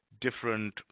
different